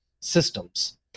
systems